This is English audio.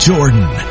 Jordan